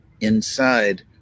inside